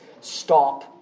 stop